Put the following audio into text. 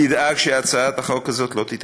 תדאג שהצעת החוק הזאת לא תיתקע,